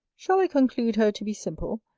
shall i conclude her to be simple,